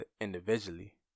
individually